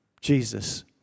Jesus